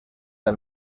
del